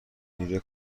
نیروی